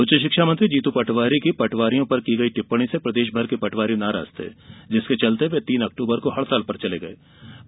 उच्च शिक्षा मंत्री जीतू पटवारी की पटवारियों पर की गयी टिप्पणी से प्रदेश भर के पटवारी नाराज थे जिसके चलते वे तीन अक्टूबर को हड़ताल पर चले गये थे